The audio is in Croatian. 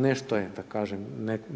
Nešto je da kažem,